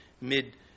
mid